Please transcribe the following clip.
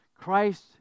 Christ